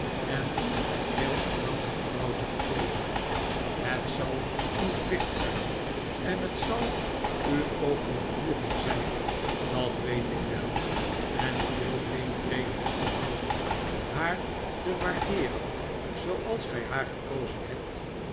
en een heel aanhankelijk vrouwtje gekozen het zal uw plicht zijn en het zal u ook een genoegen zijn dat weet ik wel en ik wil geen preek voor u houden haar te waardeeren zooals gij haar gekozen hebt